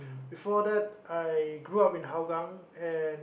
before that I grow up in Hougang and